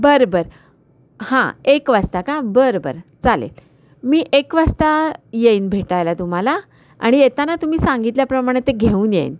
बर बर हां एक वाजता का बर बर चालेल मी एक वाजता येईन भेटायला तुम्हाला आणि येताना तुम्ही सांगितल्याप्रमाणं ते घेऊन येईन